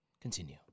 Continue